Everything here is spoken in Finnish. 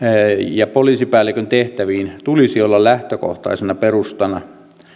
ja poliisipäällikön tehtäviin tulisi olla lähtökohtaisena perustana